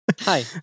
Hi